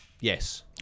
Yes